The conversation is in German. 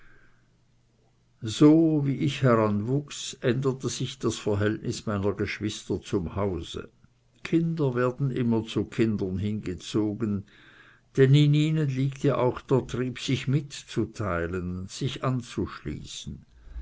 so wie ich heranwuchs änderte sich das verhältnis meiner geschwister zu hause kinder werden immer zu kindern hingezogen denn in ihnen liegt ja auch der trieb sich mitzuteilen sich anzuschließen